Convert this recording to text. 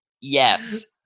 yes